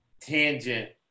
tangent